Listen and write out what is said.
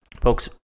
folks